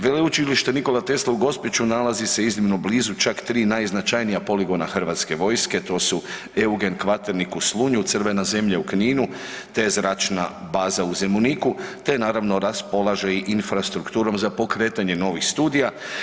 Veleučilište Nikola Tesla u Gospiću nalazi se iznimno blizu čak tri najznačajnija poligona Hrvatske vojske, to su Eugen Kvaternik u Slunju, Crvena zemlja u Kninu te zračna baza u Zemuniku te naravno raspolaže i infrastrukturom za pokretanje novih studija.